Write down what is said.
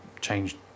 changed